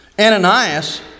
Ananias